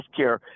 Healthcare